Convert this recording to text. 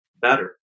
better